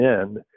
end